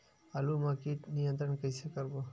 आलू मा कीट नियंत्रण कइसे करबो?